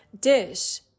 dish